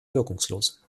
wirkungslos